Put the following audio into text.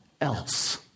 else